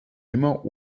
immer